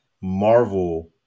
Marvel